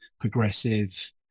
progressive